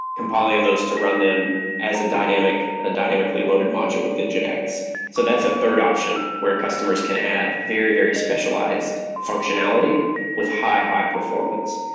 compiling and those to run them as a dynamically a dynamically loaded module with and nginx. so that's a third option where customers can add very, very specialized functionality with high, high performance.